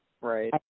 Right